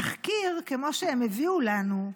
תחקיר כמו שהם הביאו לנו,